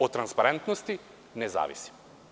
Od „Transparentnosti“ ne zavisimo.